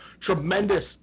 tremendous